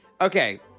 Okay